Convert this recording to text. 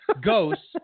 ghosts